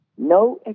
No